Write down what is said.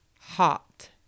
hot